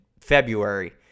February